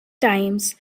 times